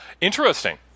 Interesting